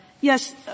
yes